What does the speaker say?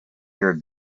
your